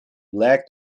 lag